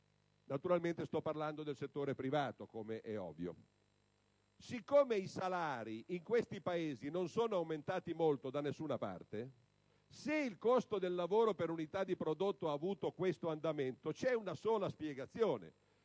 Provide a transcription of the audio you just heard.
naturalmente mi sto riferendo al settore privato. Poiché i salari in questi Paesi non sono aumentati molto da nessuna parte, se il costo del lavoro per unità di prodotto ha avuto tale andamento c'è una sola spiegazione: